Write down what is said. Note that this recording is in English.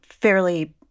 fairly